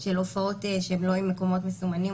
של הופעות שהן לא עם מקומות מסומנים,